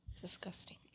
Disgusting